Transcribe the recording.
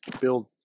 build